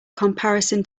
comparison